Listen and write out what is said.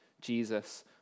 Jesus